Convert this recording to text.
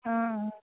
অঁ